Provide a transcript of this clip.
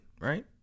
right